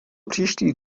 příští